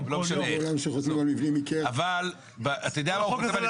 אבל הוא חותם על